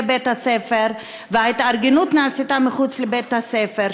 בית-הספר וההתארגנות נעשתה מחוץ לבית-הספר,